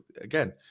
Again